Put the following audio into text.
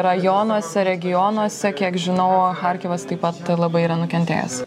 rajonuose regionuose kiek žinau charkivas taip pat labai yra nukentėjęs